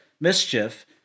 mischief